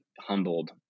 humbled